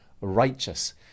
righteous